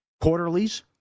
Quarterlies